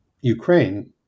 Ukraine